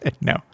No